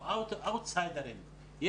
אנחנו אאוטסיידרים,